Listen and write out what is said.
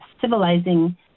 civilizing